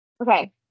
Okay